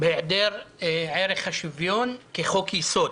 בהיעדר ערך השוויון כחוק יסוד.